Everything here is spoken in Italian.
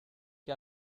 che